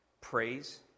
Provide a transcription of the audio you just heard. praise